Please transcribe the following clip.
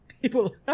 people